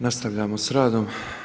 Nastavljamo sa radom.